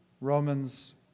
Romans